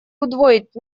удвоить